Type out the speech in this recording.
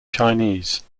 chinese